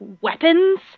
weapons